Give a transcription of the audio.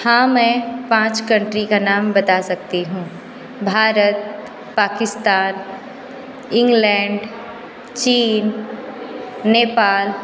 हाँ मैं पाँच कंट्री का नाम बता सकती हूँ भारत पाकिस्तान इंग्लैंड चीन नेपाल